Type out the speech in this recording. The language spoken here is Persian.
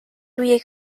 روی